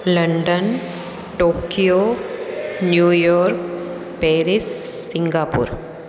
London Tokyo New York Paris Singapore